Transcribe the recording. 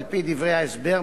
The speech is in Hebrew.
על-פי דברי ההסבר,